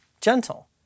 gentle